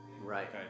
Right